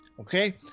Okay